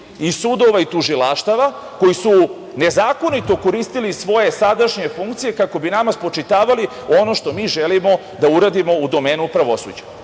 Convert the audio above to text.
iz sudova i tužilaštava, koji su nezakonito koristili svoje sadašnje funkcije kako bi nama spočitavali ono što mi želimo da uradimo u domenu pravosuđa.